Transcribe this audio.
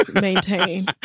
maintain